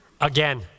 Again